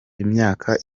imyaka